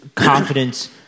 confidence